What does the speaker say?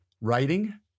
writing